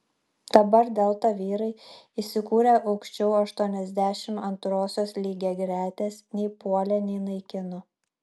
dabar delta vyrai įsikūrę aukščiau aštuoniasdešimt antrosios lygiagretės nei puolė nei naikino